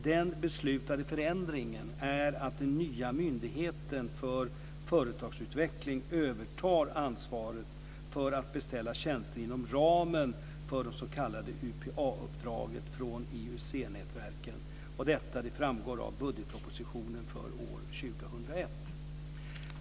Den beslutade förändringen är att den nya myndigheten för företagsutveckling övertar ansvaret för att beställa tjänster inom ramen för det s.k. UPA-uppdraget från IUC-nätverken. Detta framgår av budgetpropositionen för år 2001.